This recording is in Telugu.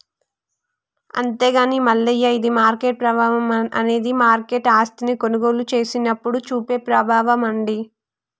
అంతేగాని మల్లయ్య ఇది మార్కెట్ ప్రభావం అనేది మార్కెట్ ఆస్తిని కొనుగోలు చేసినప్పుడు చూపే ప్రభావం అండి